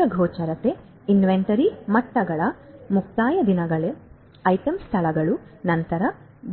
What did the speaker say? ಸಮಗ್ರ ಗೋಚರತೆ ಇನ್ವೆಂಟರಿ ಮಟ್ಟಗಳು ಮುಕ್ತಾಯ ದಿನಾಂಕಗಳು ಐಟಂ ಸ್ಥಳಗಳು ನಂತರ